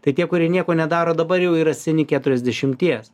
tai tie kurie nieko nedaro dabar jau yra seni keturiasdešimties